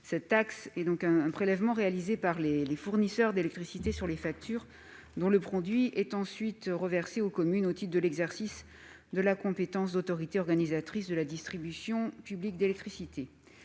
d'électricité (TCCFE), un prélèvement réalisé par les fournisseurs d'électricité sur les factures, dont le produit est ensuite reversé aux communes au titre de l'exercice de la compétence d'autorité organisatrice de la distribution publique d'électricité.